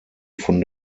von